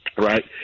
Right